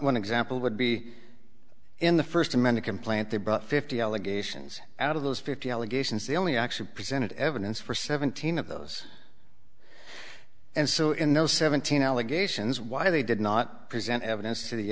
one example would be in the first amended complaint they brought fifty allegations out of those fifty allegations the only actually presented evidence for seventeen of those and so in those seventeen allegations why they did not present evidence to the